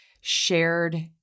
shared